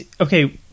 Okay